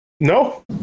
No